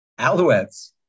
Alouettes